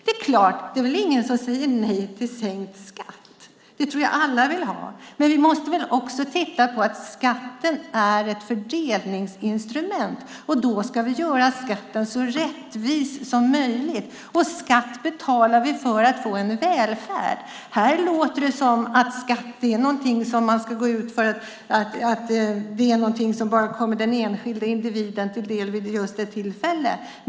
Det är klart att ingen säger nej till sänkt skatt. Det tror jag att alla vill ha, men vi måste väl också se att skatten är ett fördelningsinstrument. Därför ska vi göra skatten så rättvis som möjligt. Skatt betalar vi för att få en välfärd. Här låter det som om skatt är något som bara kommer den enskilda individen till del vid ett visst tillfälle.